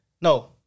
No